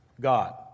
God